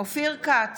אופיר כץ,